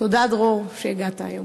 תודה, דרור, שהגעת היום.